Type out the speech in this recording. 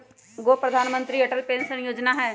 एगो प्रधानमंत्री अटल पेंसन योजना है?